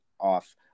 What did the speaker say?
off